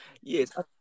yes